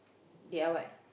they are what